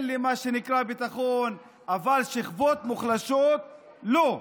כן למה שנקרא "ביטחון", אבל לשכבות מוחלשות, לא.